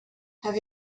have